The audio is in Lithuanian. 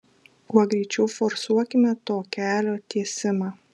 kuo greičiau forsuokime to kelio tiesimą